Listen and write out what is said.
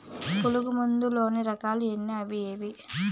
పులుగు మందు లోని రకాల ఎన్ని అవి ఏవి?